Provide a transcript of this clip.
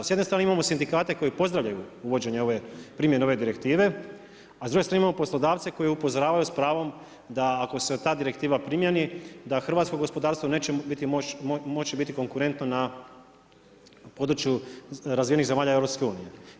S jedne strane imamo sindikate koji pozdravljaju uvođenje primjene ove direktive, a s druge strane imamo poslodavce koji upozoravaju s pravom da ako se ta direktiva primijeni, da hrvatsko gospodarstvo neće moći biti konkurentno na podruju razine zemalja EU-a.